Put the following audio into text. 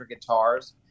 Guitars